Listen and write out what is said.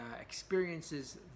experiences